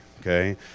okay